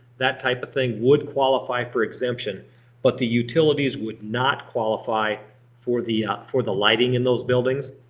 that type of thing would qualify for exemption but the utilities would not qualify for the for the lighting in those buildings.